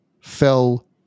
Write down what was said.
fell